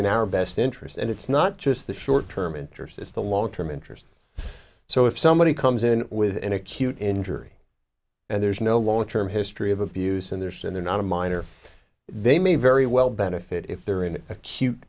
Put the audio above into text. in our best interest and it's not just the short term interest it's the long term interest so if somebody comes in with an acute injury and there's no long term history of abuse and they're saying they're not a minor they may very well benefit if they're in acute